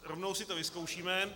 Rovnou si to vyzkoušíme.